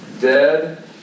dead